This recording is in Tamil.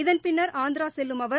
இதன் பின்னர் ஆந்திராசெல்லும் அவர்